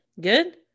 Good